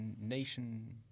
nation